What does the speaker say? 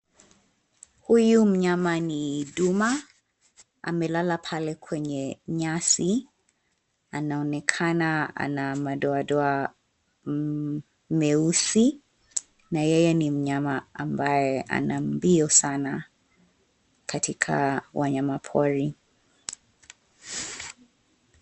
Huyu mnyama ni duma. Amelala pale kwenye nyasi anaonekana ana madoadoa meusi na yeye ni mnyama ambaye ana mbio sana katika wanyama pori.